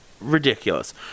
ridiculous